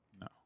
No